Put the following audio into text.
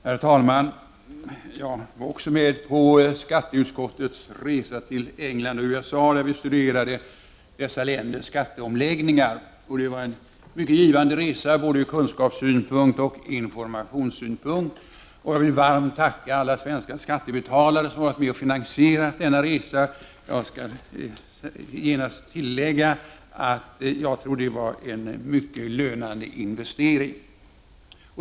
Herr talman! Även jag var med på skatteutskottets resa till England och USA, där vi studerade dessa länders skatteomläggningar. Det var en mycket givande resa både från kunskapssynpunkt och från informationssynpunkt. Jag vill varmt tacka alla svenska skattebetalare som har varit med och finansierat denna resa, och vill genast tillägga att jag tror att det var en mycket lönande investering.